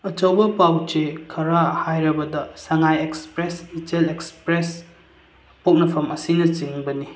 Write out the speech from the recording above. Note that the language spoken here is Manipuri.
ꯑꯆꯧꯕ ꯄꯥꯎ ꯆꯦ ꯈꯔ ꯍꯥꯏꯔꯕꯗ ꯁꯉꯥꯏ ꯑꯦꯛꯁꯄ꯭ꯔꯦꯁ ꯏꯆꯜ ꯑꯦꯛꯁꯄ꯭ꯔꯦꯁ ꯄꯣꯛꯅꯐꯝ ꯑꯁꯤꯅꯆꯤꯡꯕꯅꯤ